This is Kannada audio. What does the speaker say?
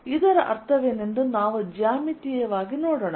ಆದ್ದರಿಂದ ಇದರ ಅರ್ಥವೇನೆಂದು ನಾವು ಜ್ಯಾಮಿತೀಯವಾಗಿ ನೋಡೋಣ